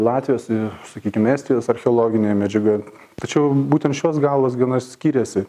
latvijos ir sakykim estijos archeologinėje medžiagoj tačiau būtent šios galvos gana skiriasi